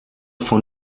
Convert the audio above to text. von